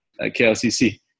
KLCC